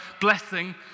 blessing